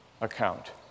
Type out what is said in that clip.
account